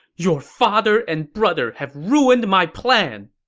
your father and brother have ruined my plan!